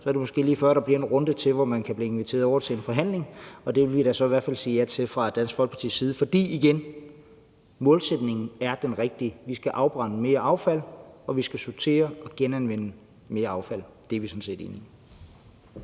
er det måske lige før, at der bliver en runde til, hvor man kan blive inviteret over til en forhandling. Det vil vi da så i hvert fald sige ja til fra Dansk Folkepartis side, for igen må jeg sige, at målsætningen er den rigtige. Vi skal afbrænde mere affald, og vi skal sortere og genanvende mere affald. Det er vi sådan set enige